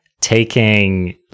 taking